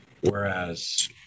whereas